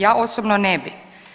Ja osobno ne bi.